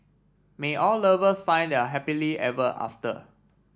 may all lovers find their happily ever after